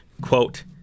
Quote